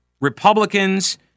Republicans